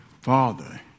Father